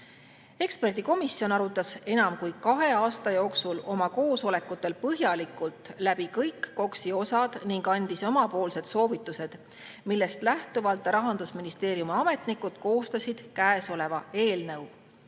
esindajad. Eksperdikomisjon arutas enam kui kahe aasta jooksul oma koosolekutel põhjalikult läbi kõik KOKS‑i osad ning andis oma soovitused, millest lähtuvalt Rahandusministeeriumi ametnikud koostasid käesoleva eelnõu.